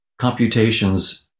computations